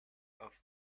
off